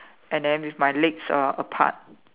and then with my legs uh apart